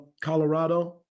Colorado